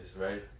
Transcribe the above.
right